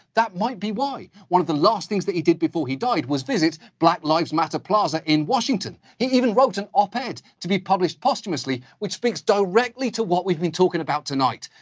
that might be why one of the last things he did before he died was visit black lives matter plaza in washington. he even wrote an op-ed to be published posthumously, which speaks directly to what we've been talking about tonight.